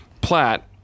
Platt